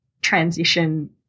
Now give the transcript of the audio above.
transition